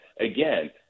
again